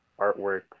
artwork